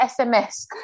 SMS